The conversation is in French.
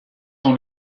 dans